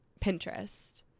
Pinterest